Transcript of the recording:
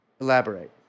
Elaborate